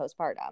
postpartum